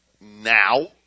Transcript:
now